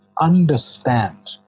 understand